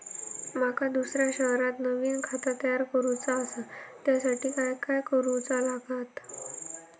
माका दुसऱ्या शहरात नवीन खाता तयार करूचा असा त्याच्यासाठी काय काय करू चा लागात?